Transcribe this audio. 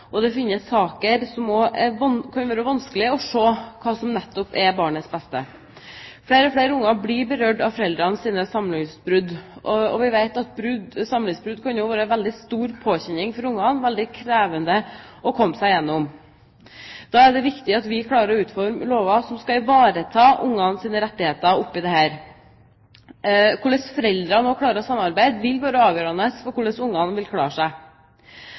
beste. Det finnes saker hvor det kan være vanskelig å se hva som nettopp er barnets beste. Flere og flere barn blir berørt av foreldrenes samlivsbrudd, og vi vet at samlivsbrudd også kan være en veldig stor påkjenning for barna og veldig krevende å komme seg igjennom. Da er det viktig at vi klarer å utforme lover som skal ivareta barnas rettigheter her. Hvorledes foreldrene klarer å samarbeide, vil være avgjørende for hvordan barna vil klare seg.